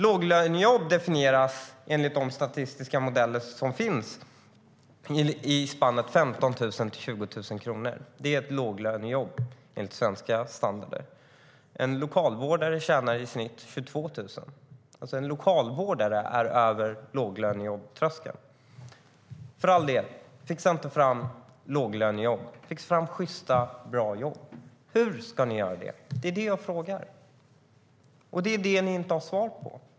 Låglönejobb definieras enligt de statistiska modeller som finns till spannet 15 000-20 000 kronor. Det är ett låglönejobb enligt den svenska standarden. En lokalvårdare tjänar i snitt 22 000. En lokalvårdare kommer alltså över låglönejobbtröskeln. Fixa för all del inte fram låglönejobb. Fixa fram sjysta, bra jobb. Hur ska ni göra det? Det är det jag frågar, och det har ni inte svar på.